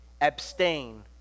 abstain